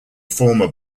former